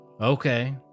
Okay